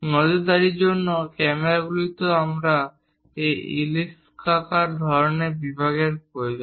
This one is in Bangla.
নজরদারির জন্য ক্যামেরাগুলিরও আমাদের এই ইলিপ্সাকার ধরণের বিভাগগুলির প্রয়োজন